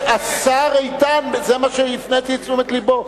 השר איתן, זה מה שהפניתי אליו את תשומת לבו.